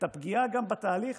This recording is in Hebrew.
בתהליך